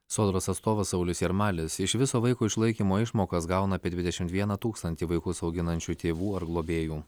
sodros atstovas saulius jarmalis iš viso vaiko išlaikymo išmokas gauna apie dvidešimt vieną tūkstantį vaikus auginančių tėvų ar globėjų